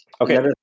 Okay